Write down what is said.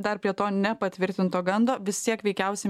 dar prie to nepatvirtinto gando vis tiek veikiausiai